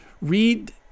read